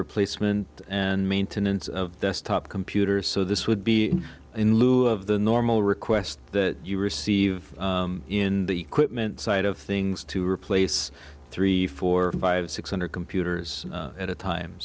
replacement and maintenance of desktop computers so this would be in lieu of the normal request that you receive in the quitman side of things to replace three four five six hundred computers at a time